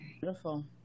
beautiful